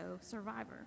Survivor